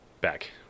back